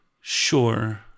sure